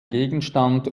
gegenstand